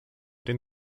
den